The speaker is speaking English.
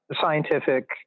scientific